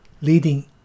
leading